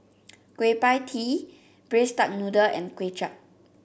Kueh Pie Tee Braised Duck Noodle and Kuay Chap